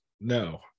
No